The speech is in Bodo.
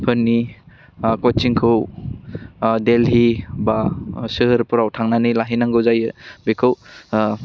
फोदनि कचिंखौ दिल्ली बा सोहोरफ्राव थांनानै लाहैनांगौ जायो बेखौ